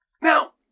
Now